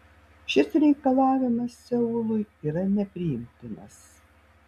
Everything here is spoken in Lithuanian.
šis reikalavimas seului yra nepriimtinas